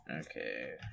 Okay